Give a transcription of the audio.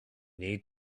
need